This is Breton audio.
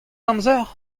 amzer